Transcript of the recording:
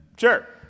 Sure